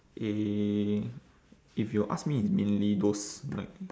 eh if you ask me it's mainly those like